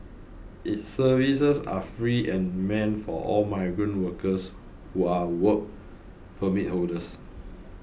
its services are free and meant for all migrant workers who are Work Permit holders